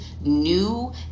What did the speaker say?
new